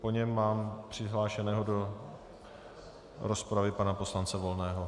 Po něm mám přihlášeného do rozpravy pana poslance Volného .